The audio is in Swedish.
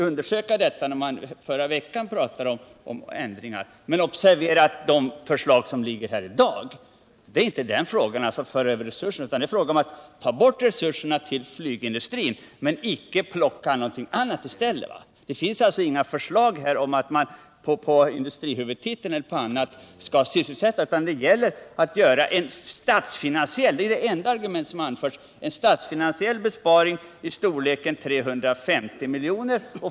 Observera emellertid att det förslag som föreligger i dag inte handlar om att föra över resurser till annan verksamhet, utan här är det från oppositionen enbart fråga om att ta bort resurser från flygindustrin utan att sätta någonting annat i stället. Det finns alltså inga förslag om att man på industrihuvudtiteln eller på annat sätt skall skapa sysselsättning. Utan det gäller att göra en statsfinansiell besparing — det är det enda argument som anförs — av storleken 350 miljoner.